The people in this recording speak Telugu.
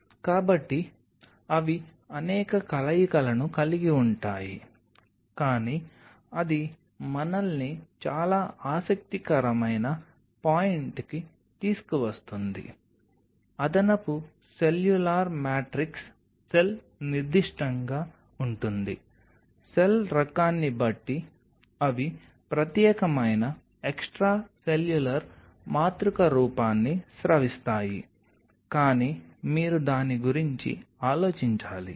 కాబట్టి అవి అనేక కలయికలను కలిగి ఉంటాయి కానీ అది మనల్ని చాలా ఆసక్తికరమైన పాయింట్కి తీసుకువస్తుంది అదనపు సెల్యులార్ మ్యాట్రిక్స్ సెల్ నిర్దిష్టంగా ఉంటుంది సెల్ రకాన్ని బట్టి అవి ప్రత్యేకమైన ఎక్స్ట్రాసెల్యులర్ మాతృక రూపాన్ని స్రవిస్తాయి కానీ మీరు దాని గురించి ఆలోచించాలి